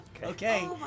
okay